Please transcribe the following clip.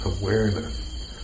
awareness